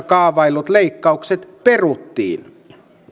kaavaillut leikkaukset peruttiin